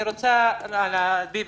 אני פונה לחיים ביבס.